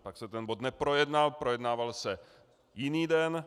Pak se ten bod neprojednal, projednával se v jiný den.